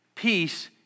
peace